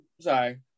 sorry